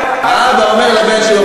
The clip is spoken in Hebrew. האבא אומר לבן שלו,